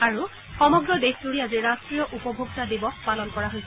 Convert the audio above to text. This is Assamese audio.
আৰু সমগ্ৰ দেশজুৰি আজি ৰাষ্ট্ৰীয় উপভোক্তা দিৱস পালন কৰা হৈছে